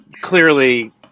clearly